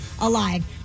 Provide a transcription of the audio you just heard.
alive